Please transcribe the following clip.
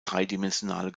dreidimensionale